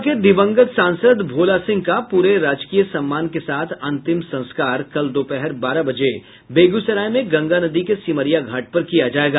भाजपा के दिवंगत सांसद भोला सिंह का पूरे राजकीय सम्मान के साथ अंतिम संस्कार कल दोपहर बारह बजे बेगूसराय में गंगा नदी के सिमरिया घाट पर किया जायेगा